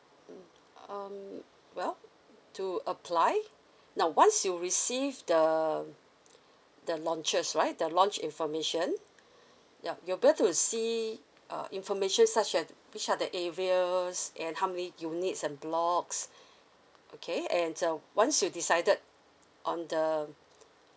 mm um well to apply now once you receive the the launches right the launch information yup you'd be able to see uh information such as which are the areas and how many units and blocks okay and uh once you decided on the